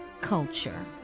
culture